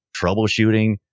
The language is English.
troubleshooting